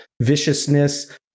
viciousness